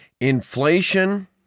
Inflation